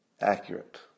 accurate